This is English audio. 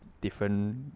different